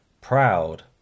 proud